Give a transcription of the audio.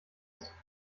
ist